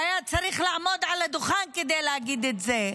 והיה צריך לעמוד על הדוכן כדי להגיד את זה,